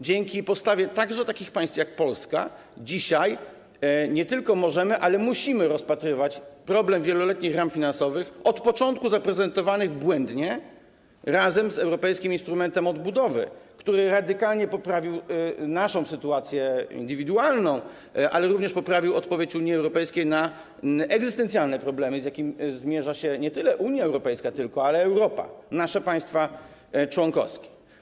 Dzięki postawie także takich państw jak Polska dzisiaj nie tyle możemy, ile musimy rozpatrywać problem wieloletnich ram finansowych, od początku zaprezentowany błędnie, razem z europejskim instrumentem odbudowy, który radykalnie poprawił naszą sytuację indywidualną, ale również poprawił odpowiedź Unii Europejskiej na egzystencjalne problemy, z jakimi zmierza się nie tylko Unia Europejska, ale Europa, nasze państwa członkowskie.